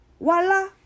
Voila